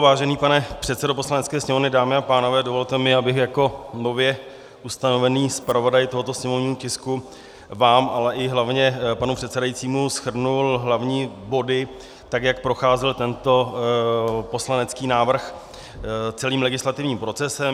Vážený pane předsedo Poslanecké sněmovny, dámy a pánové, dovolte mi, abych jako nově ustanovený zpravodaj tohoto sněmovního tisku vám, ale i hlavně panu předsedajícímu shrnul hlavní body, tak jak procházel tento poslanecký návrh celým legislativním procesem.